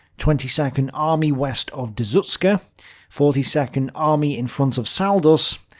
twenty second army west of dzukste. yeah forty second army in front of saldus.